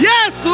Yes